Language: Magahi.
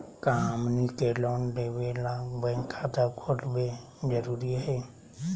का हमनी के लोन लेबे ला बैंक खाता खोलबे जरुरी हई?